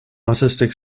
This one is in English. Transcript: artistic